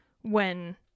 when-